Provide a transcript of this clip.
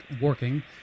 working